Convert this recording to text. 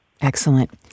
Excellent